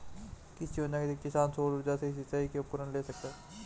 किस योजना के तहत किसान सौर ऊर्जा से सिंचाई के उपकरण ले सकता है?